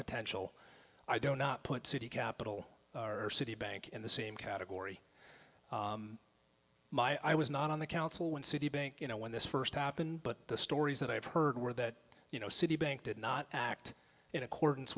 potential i don't not put city capital city bank in the same category i was not on the council when citibank you know when this first happened but the stories that i have heard were that you know citibank did not act in accordance